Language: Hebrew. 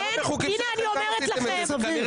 למה עשיתם את זה?